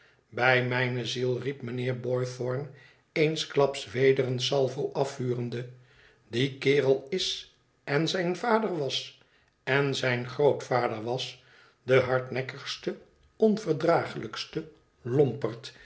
bij mijne ziel riep mijnheer boythorn eensklaps weder een salvo afvurende die kerel is en zijn vader was en zijn grootvader was de hardnekkigste onverdraaglijkste lompert